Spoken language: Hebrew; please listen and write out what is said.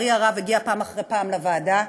הגיעה פעם אחרי פעם לוועדה,